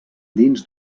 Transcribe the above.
dins